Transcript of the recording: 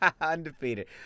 Undefeated